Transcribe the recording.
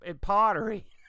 Pottery